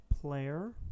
Player